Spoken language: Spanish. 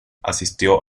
asistió